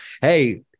hey